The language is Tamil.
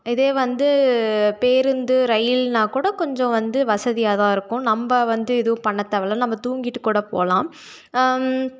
இதே வந்து பேருந்து ரயில்னால்கூட கொஞ்சம் வந்து வசதியாகதான் இருக்கும் நம்ம வந்து எதுவும் பண்ணத் தேவையில்ல நம்ம தூங்கிகிட்டு கூட போகலாம்